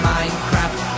Minecraft